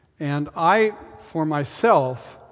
and i, for myself,